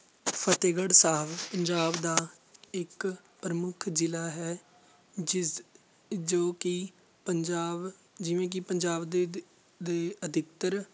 ਫਤਿਹਗੜ੍ਹ ਸਾਹਿਬ ਪੰਜਾਬ ਦਾ ਇੱਕ ਪ੍ਰਮੁੱਖ ਜ਼ਿਲ੍ਹਾ ਹੈ ਜਿਸ ਜੋ ਕਿ ਪੰਜਾਬ ਜਿਵੇਂ ਕਿ ਪੰਜਾਬ ਦੇ ਦ ਦੇ ਅਧਿਕਤਰ